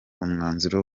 umwanzuro